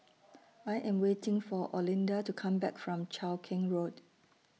I Am waiting For Olinda to Come Back from Cheow Keng Road